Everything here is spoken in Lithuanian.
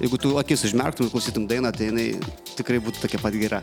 jeigu tu akis užmerktum klausytum dainą tai jinai tikrai būtų tokia pat gera